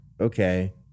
okay